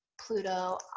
Pluto